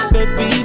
Baby